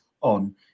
on